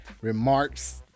remarks